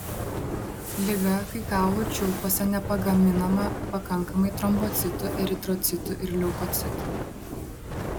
liga kai kaulų čiulpuose nepagaminama pakankamai trombocitų eritrocitų ir leukocitų